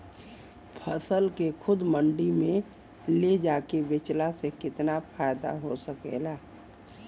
फसल के खुद मंडी में ले जाके बेचला से कितना फायदा हो सकेला?